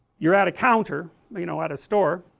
you are at a counter, you know at a store,